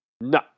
No